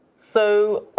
so